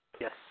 Yes